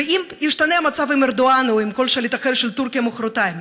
ואם ישתנה המצב עם ארדואן או עם כל שליט אחר של טורקיה מוחרתיים,